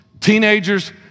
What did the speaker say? teenagers